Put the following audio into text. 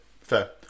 fair